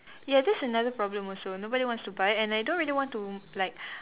ya that's another problem also nobody wants to buy and I don't really want to like